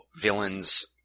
villains